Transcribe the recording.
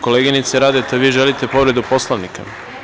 Koleginice Radeta, vi želite povredu Poslovnika?